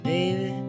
Baby